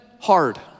hard